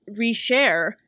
reshare